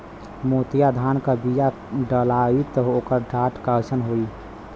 मोतिया धान क बिया डलाईत ओकर डाठ कइसन होइ?